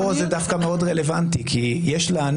שנייה.